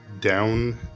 down